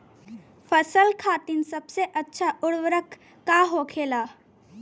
फसल खातीन सबसे अच्छा उर्वरक का होखेला?